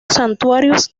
santuarios